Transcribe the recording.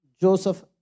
Joseph